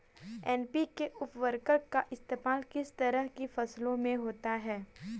NPK उर्वरक का इस्तेमाल किस तरह की फसलों में होता है?